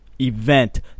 event